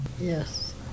Yes